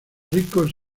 ricos